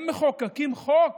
הם מחוקקים חוק,